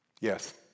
Yes